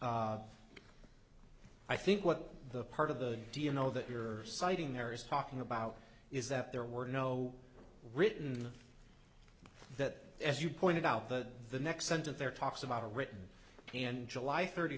argument i think what the part of the d n o that you're citing there is talking about is that there were no written that as you pointed out that the next sentence there talks about a written and july thirty